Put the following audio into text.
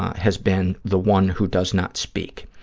has been the one who does not speak.